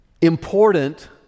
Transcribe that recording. important